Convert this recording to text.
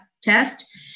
test